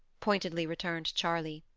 pointedly returned charley.